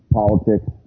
politics